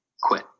quit